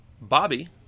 Bobby